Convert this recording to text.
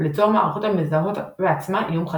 וליצור מערכות המזהות בעצמן איום חדש.